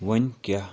وۄنۍ کیاہ؟